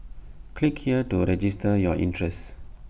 click here to register your interest